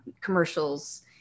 commercials